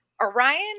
Orion